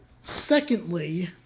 Secondly